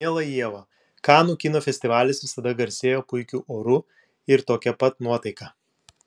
miela ieva kanų kino festivalis visada garsėjo puikiu oru ir tokia pat nuotaika